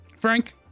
Frank